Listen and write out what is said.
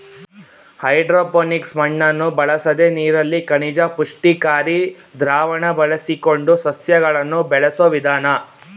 hydroponics ಮಣ್ಣನ್ನು ಬಳಸದೆ ನೀರಲ್ಲಿ ಖನಿಜ ಪುಷ್ಟಿಕಾರಿ ದ್ರಾವಣ ಬಳಸಿಕೊಂಡು ಸಸ್ಯಗಳನ್ನು ಬೆಳೆಸೋ ವಿಧಾನ